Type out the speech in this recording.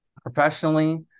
Professionally